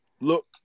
look